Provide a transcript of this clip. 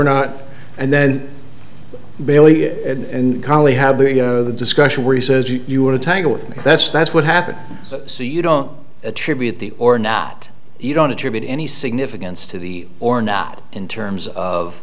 not and then bailey and kali have a discussion where he says you want to tangle with me that's that's what happens so you don't attribute the or not you don't attribute any significance to the or not in terms of